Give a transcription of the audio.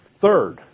third